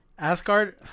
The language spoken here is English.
Asgard